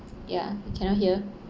ya you cannot hear